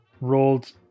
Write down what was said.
rolled